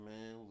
Man